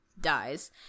dies